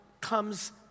comes